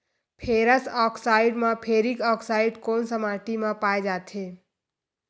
Ferrous oxide व ferric oxide कोन सा माटी म पाय जाथे?